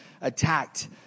attacked